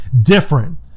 different